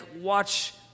watch